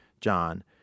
John